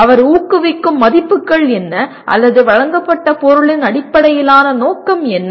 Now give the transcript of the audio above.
அவர் ஊக்குவிக்கும் மதிப்புகள் என்ன அல்லது வழங்கப்பட்ட பொருளின் அடிப்படையிலான நோக்கம் என்ன